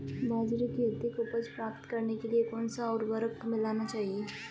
बाजरे की अधिक उपज प्राप्त करने के लिए कौनसा उर्वरक मिलाना चाहिए?